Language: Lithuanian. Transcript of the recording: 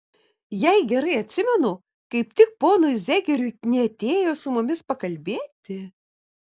jei gerai atsimenu kaip tik ponui zegeriui knietėjo su mumis pakalbėti